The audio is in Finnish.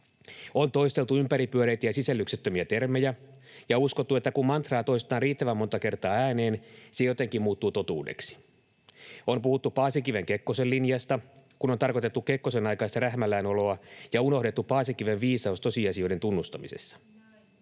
On toisteltu ympäripyöreitä ja sisällyksettömiä termejä ja uskottu, että kun mantraa toistaa riittävän monta kertaa ääneen, se jotenkin muuttuu totuudeksi. On puhuttu Paasikiven—Kekkosen linjasta, kun on tarkoitettu Kekkosen aikaista rähmälläänoloa ja unohdettu Paasikiven viisaus tosiasioiden tunnustamisesta.